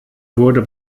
wurde